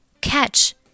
Catch